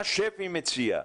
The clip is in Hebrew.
מה שפ"י מציע,